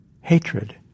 hatred